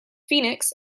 phoenix